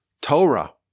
Torah